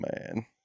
man